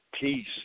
Peace